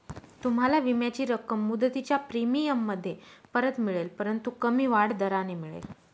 तुम्हाला विम्याची रक्कम मुदतीच्या प्रीमियममध्ये परत मिळेल परंतु कमी वाढ दराने मिळेल